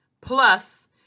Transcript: Plus